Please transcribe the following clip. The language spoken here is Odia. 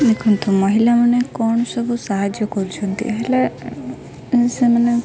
ଦେଖନ୍ତୁ ମହିଳାମାନେ କ'ଣ ସବୁ ସାହାଯ୍ୟ କରୁଛନ୍ତି ହେଲେ ସେମାନେ